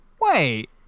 wait